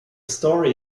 story